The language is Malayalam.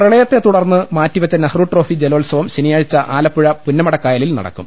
പ്രളയത്തെ തുടർന്ന് മാറ്റിവെച്ച നെഹ്രുട്രോഫി ജലോത്സവം ശനിയാഴ്ച ആലപ്പുഴ പുന്നമടക്കായലിൽ നടക്കും